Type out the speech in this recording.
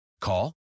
Call